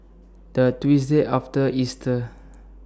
The Tuesday after Easter